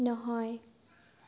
নহয়